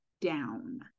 down